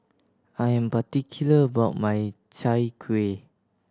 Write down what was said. I am particular about my Chai Kuih